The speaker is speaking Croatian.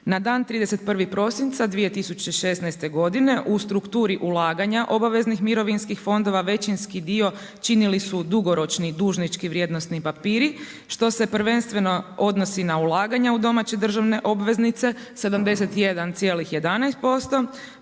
Na dan 31. prosinca 2016. godine u strukturi ulaganja obaveznih mirovinskih fondova, većinski dio činili su dugoročni dužnički vrijednosni papiri, što se prvenstveno odnosi na ulaganja u domaće državne obveznice, 71,11%